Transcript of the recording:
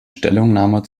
stellungnahme